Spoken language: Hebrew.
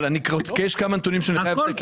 אבל יש כמה נתונים שאני חייב לתקן.